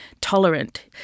tolerant